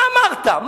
מה אמרת?